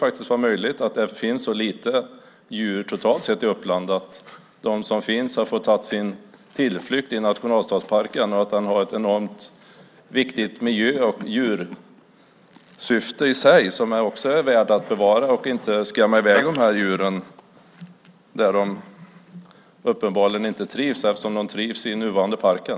Det är möjligt att det finns så lite djur totalt sett i Uppland att de som finns har fått ta sin tillflykt till nationalstadsparken, och att den har ett enormt viktigt miljö och djursyfte i sig som också är värt att bevara, i stället för att skrämma i väg djuren dit där de uppenbarligen inte trivs, eftersom de trivs i den nuvarande parken.